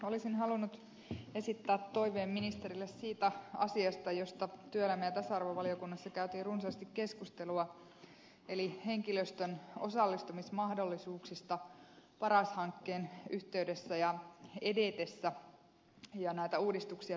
olisin halunnut esittää toiveen ministerille siitä asiasta josta työelämä ja tasa arvovaliokunnassa käytiin runsaasti keskustelua eli henkilöstön osallistumismahdollisuuksista paras hankkeen yhteydessä ja edetessä ja näitä uudistuksia tehtäessä